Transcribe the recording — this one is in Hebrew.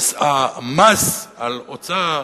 המס על הוצאה